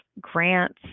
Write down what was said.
grants